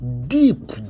deep